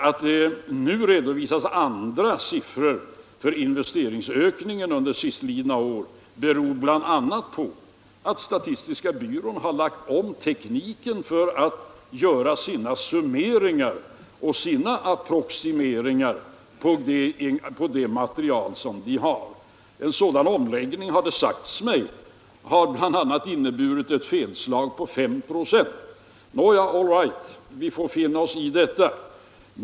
Att det nu redovisas andra siffror för investeringsökningen under sistlidna år beror bl.a. på att statistiska centralbyrån har lagt om tekniken för sina summeringar och sina approximeringar på det material som byrån har. En sådan omläggning, har det sagts mig, har bl.a. inneburit ett felslag på 5 96. All right! Vi får finna oss i detta.